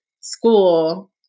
school